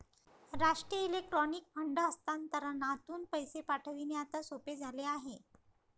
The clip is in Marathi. राष्ट्रीय इलेक्ट्रॉनिक फंड हस्तांतरणातून पैसे पाठविणे आता सोपे झाले आहे